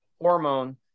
hormone